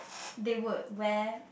they would wear